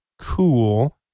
cool